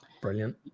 Brilliant